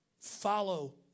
Follow